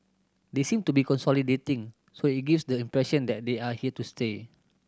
they seem to be consolidating so it gives the impression that they are here to stay